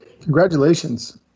Congratulations